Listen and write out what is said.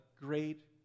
Great